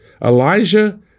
Elijah